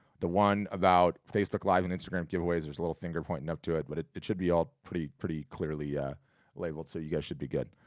the one about facebook live and instagram giveaways, there's a little finger pointing up to it but it it should be all pretty pretty clearly labeled so you guys should be good.